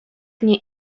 nie